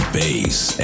bass